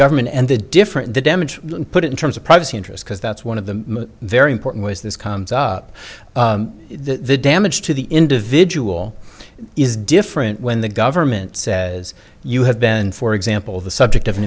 government and the different damage put it in terms of privacy interest because that's one of the very important was this comes up the damage to the individual is different when the government says you have been for example the subject of an